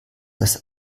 das